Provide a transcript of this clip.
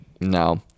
No